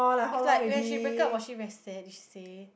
it's like when she break up was she very sad did she say